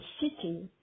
city